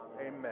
Amen